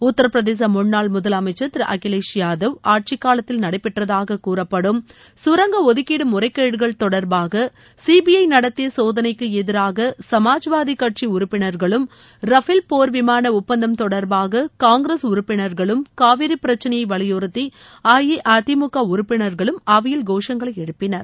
உத்தரப் பிரதேச முன்னாள் முதலமைச்சர் திரு அகிலேஷ் யாதவ் ஆட்சிக் காலத்தில் நடைபெற்றதாக கூறப்படும் கரங்க ஒதுக்கீடு முறைகேடுகள் தொடர்பாக சிபிஐ நடத்திய சோதனைக்கு எதிராக சுமாஜ்வாதி கட்சி உறுப்பினர்களும் ரஃபேல் போர் விமாள ஒப்பந்தம் தொடர்பாக காங்கிரஸ் உறுப்பினர்களும் காவிரி பிரச்சனையை வலியுறுத்தி அஇஅதிமுக உறுப்பினர்களும் அவையில் கோஷங்களை எழுப்பினர்